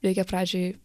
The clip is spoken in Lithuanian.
reikia pradžioj